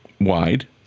wide